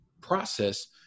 process